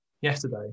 yesterday